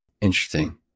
Interesting